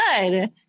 good